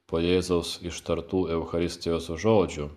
po jėzaus ištartų eucharistijos žodžių